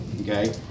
okay